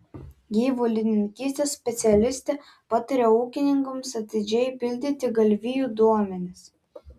gyvulininkystės specialistė pataria ūkininkams atidžiai pildyti galvijų duomenis